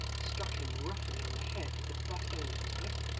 struck him roughly on the head with the butt end of his whip,